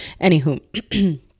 anywho